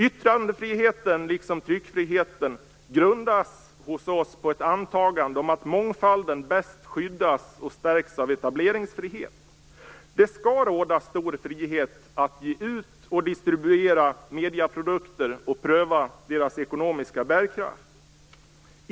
Yttrandefriheten liksom tryckfriheten grundas hos oss på ett antagande om att mångfalden bäst skyddas och stärks av etableringsfrihet. Det skall råda stor frihet att ge ut och distribuera medieprodukter och pröva deras ekonomiska bärkraft.